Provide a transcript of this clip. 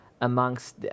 amongst